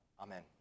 Amen